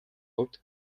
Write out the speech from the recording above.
хувьд